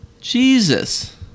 jesus